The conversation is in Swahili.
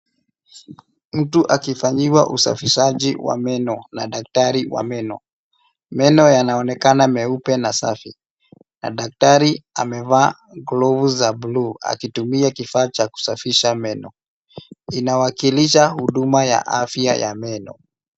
Mtu akifanyiwa usafishaji wa meno na daktari wa meno. Meno yanaonekana meupe na safi na daktari amevaa glovu za blue akitumia kifaa cha kusafisha meno. Inwakilisha huduma ya afya ya meno.